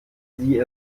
sie